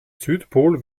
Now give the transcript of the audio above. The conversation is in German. südpol